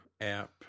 app